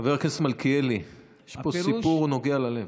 חבר הכנסת מלכיאלי, יש פה סיפור נוגע ללב.